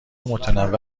متنوع